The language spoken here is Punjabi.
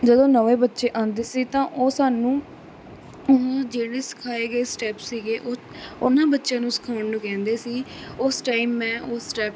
ਜਦੋਂ ਨਵੇਂ ਬੱਚੇ ਆਉਂਦੇ ਸੀ ਤਾਂ ਉਹ ਸਾਨੂੰ ਜਿਹੜੇ ਸਿਖਾਏ ਗਏ ਸਟੈਪ ਸੀਗੇ ਉਹ ਉਨ੍ਹਾਂ ਬੱਚਿਆਂ ਨੂੰ ਸਿਖਾਉਣ ਨੂੰ ਕਹਿੰਦੇ ਸੀ ਉਸ ਟਾਈਮ ਮੈਂ ਉਹ ਸਟੈਪ